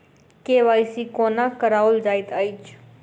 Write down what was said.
KYC कोना कराओल जाइत अछि?